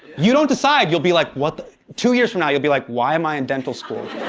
you don't decide, you'll be like, what the two years from now you'll be like, why am i in dental school?